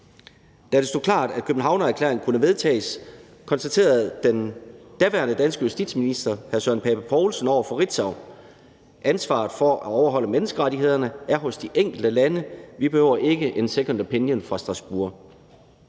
Da det stod klart, at Københavnerklæringen kunne vedtages, konstaterede den daværende danske justitsminister, hr. Søren Pape Poulsen, over for Ritzau: »Ansvaret for at overholde menneskerettighederne er hos de enkelte lande. Vi behøver ikke en second opinion fra Strasbourg